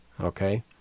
okay